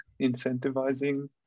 incentivizing